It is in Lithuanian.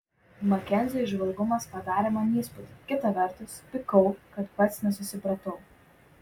makenzio įžvalgumas padarė man įspūdį kita vertus pykau kad pats nesusipratau